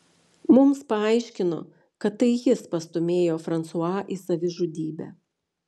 mums paaiškino kad tai jis pastūmėjo fransua į savižudybę